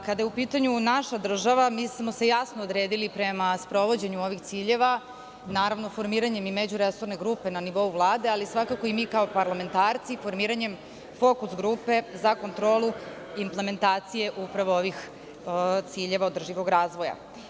Kada je u pitanju naša država, mi smo se jasno odredili prema sprovođenju ovih ciljeva, naravno, i formiranjem međuresorne grupe na nivou Vlade, ali svakako i mi kao parlamentarci, formiranjem Fokus grupe za kontrolu implementacije upravo ovih ciljeva održivog razvoja.